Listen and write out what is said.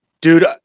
Dude